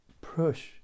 push